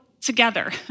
together